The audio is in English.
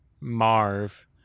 Marv